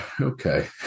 Okay